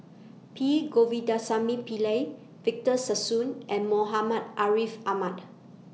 P Govindasamy Pillai Victor Sassoon and Muhammad Ariff Ahmad